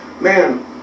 man